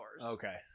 Okay